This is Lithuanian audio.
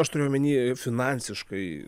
aš turiu omenyje ir finansiškai